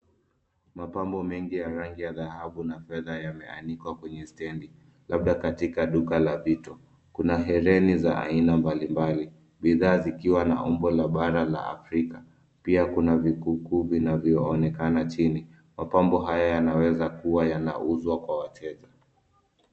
Mapambo mengi ya rangi ya dhahabu na fedha yameanikwa kwenye stendi, labda katika duka la vitu. Kuna hereni za aina mbalimbali. Bidhaa zikiwa na umbo la bara la Afrika. Pia kuna vikuku vinavyoonekana chini. Mapambo haya yanaweza kuwa yanauzwa kwa wateja.